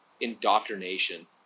indoctrination